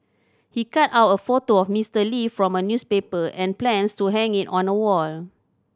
he cut out a photo of Mister Lee from a newspaper and plans to hang it on a wall